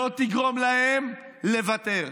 לא תגרום להם לוותר.